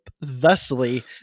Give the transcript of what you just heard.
thusly